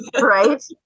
right